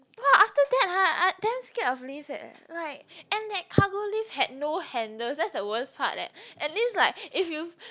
!wah! after that I damn scared of lift eh like and that cargo lift had no handles that's the worse part leh at least like if you